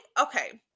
okay